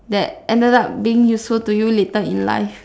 that ended up being useful to you later in life